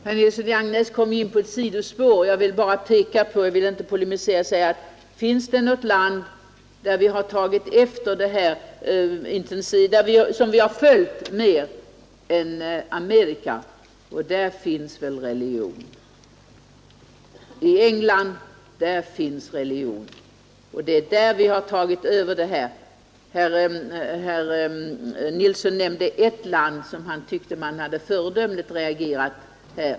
Herr talman! Herr Nilsson i Agnäs kom in på ett sidospår. Jag vill inte polemisera utan frågar bara: Finns det något land som vi följt mer än Amerika? Och där finns väl religion! I England finns religion. Det är därifrån vi har tagit över detta. Herr Nilsson nämnde ett land, där han tyckte att man reagerat föredömligt.